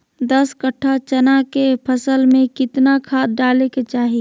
दस कट्ठा चना के फसल में कितना खाद डालें के चाहि?